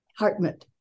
Hartmut